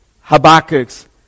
Habakkuk's